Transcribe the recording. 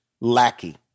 lackey